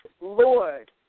Lord